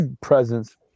presence